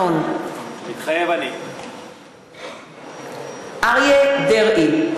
דנון, מתחייב אני אריה דרעי,